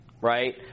Right